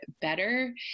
better